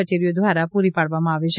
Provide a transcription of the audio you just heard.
કચેરીઓ દ્વારા પૂરી પાડવામાં આવે છે